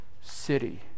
city